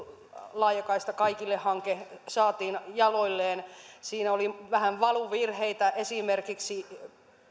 laajakaista kaikille hanke saatiin jaloilleen siinä oli vähän valuvirheitä esimerkiksi